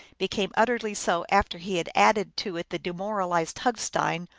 became utterly so after he had added to it the demoralized hug stein,